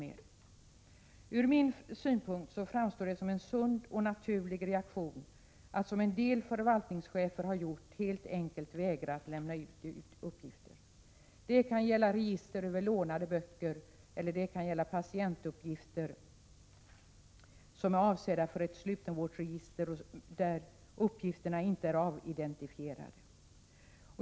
Från min synpunkt framstår det som en sund och naturlig reaktion att som vissa förvaltningschefer har gjort helt enkelt vägra att lämna ut uppgifter. Det kan gälla register över lånade böcker eller patientuppgifter som är avsedda för ett slutenvårdsregister, där uppgifterna inte är avidentifierade.